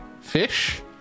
fish